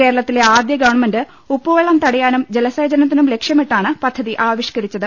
കേരളത്തിലെ ആദ്യ ഗവൺമെന്റ് ഉപ്പുവെളളം തടയാനും ജലസേചന ത്തിനും ലക്ഷ്യമിട്ടാണ് പദ്ധതി ആവിഷ്ക്കരിച്ചത്